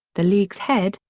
the league's head,